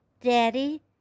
Daddy